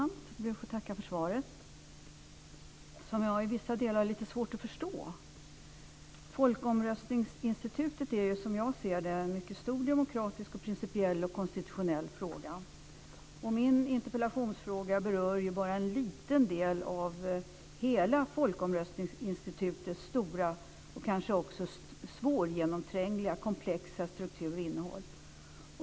Fru talman! Jag ber att få tacka för svaret, som jag i vissa delar har lite svårt att förstå. Folkomröstningsinstitutet är en stor demokratisk, principiell och konstitutionell fråga. Min interpellation berör bara en liten del av hela folkomröstningsinstitutets stora och kanske svårgenomträngliga, komplexa struktur.